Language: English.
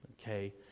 okay